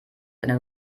eine